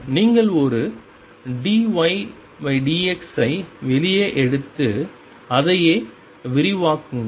நீங்கள் ஒரு d y d x ஐ வெளியே எடுத்து அதையே விரிவாக்குங்கள்